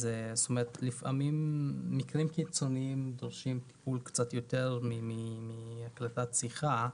לפעמים מקרים קיצוניים דורשים קצת יותר מהקלטת שיחה.